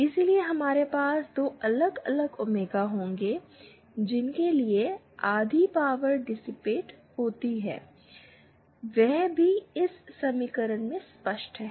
इसलिए हमारे पास 2 अलग अलग ओमेगा होंगे जिनके लिए आधी पावर डिसिपेट होती है वह भी इस समीकरण से स्पष्ट है